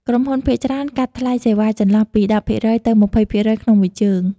ក្រុមហ៊ុនភាគច្រើនកាត់ថ្លៃសេវាចន្លោះពី ១០% ទៅ ២០% ក្នុងមួយជើង។